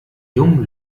jungen